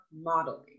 modeling